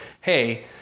hey